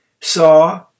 saw